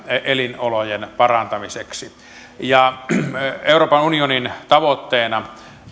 elinolojen parantamiseksi näillä pakolaisleireillä euroopan unionin tavoitteena